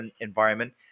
environment